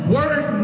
Word